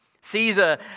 Caesar